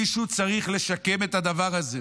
מישהו צריך לשקם את הדבר הזה.